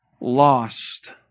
lost